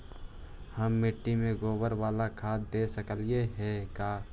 हम मिट्टी में गोबर बाला खाद दे सकली हे का?